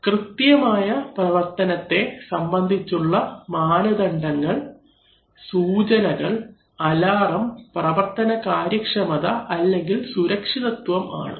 കൃത്യമായ പ്രവർത്തനത്തെ സംബന്ധിച്ചുള്ള മാനദണ്ഡങ്ങൾ സൂചകങ്ങൾ അലാറം പ്രവർത്തന കാര്യക്ഷമത അല്ലെങ്കിൽ സുരക്ഷിതത്വം ആണ്